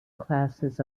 classes